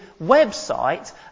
website